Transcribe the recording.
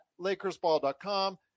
LakersBall.com